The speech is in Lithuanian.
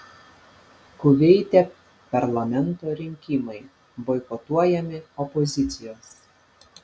kuveite parlamento rinkimai boikotuojami opozicijos